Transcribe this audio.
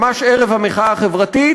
ממש ערב המחאה החברתית,